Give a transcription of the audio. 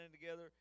together